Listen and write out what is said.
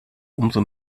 umso